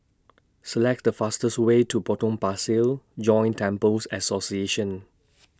Select The fastest Way to Potong Pasir Joint Temples Association